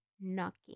knocking